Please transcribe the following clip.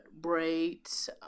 braids